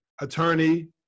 attorney